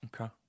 Okay